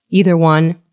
either one,